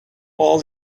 all